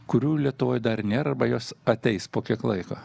kurių lietuvoj dar nėra arba jos ateis po kiek laiko